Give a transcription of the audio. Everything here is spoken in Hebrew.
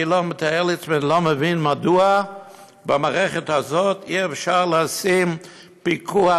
אני לא מתאר לי ולא מבין מדוע במערכת החינוך אי-אפשר לשים פיקוח